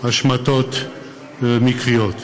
השמטות מקריות.